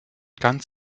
ganz